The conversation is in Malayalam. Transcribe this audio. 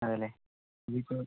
അതെ അല്ലെ വീട്